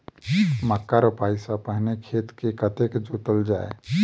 मक्का रोपाइ सँ पहिने खेत केँ कतेक जोतल जाए?